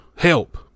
help